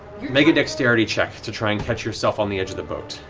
make a dexterity check to try and catch yourself on the edge of the boat.